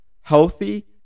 healthy